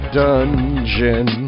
dungeon